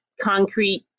concrete